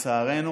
ולצערנו